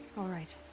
alright.